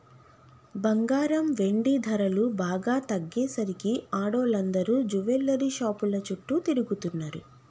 బంగారం, వెండి ధరలు బాగా తగ్గేసరికి ఆడోళ్ళందరూ జువెల్లరీ షాపుల చుట్టూ తిరుగుతున్నరు